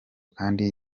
kandi